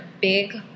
big